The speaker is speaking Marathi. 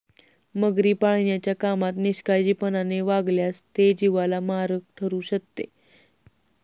मगरी पाळण्याच्या कामात निष्काळजीपणाने वागल्यास ते जीवाला मारक ठरू शकते